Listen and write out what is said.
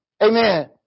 Amen